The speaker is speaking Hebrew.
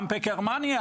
גם בגרמניה,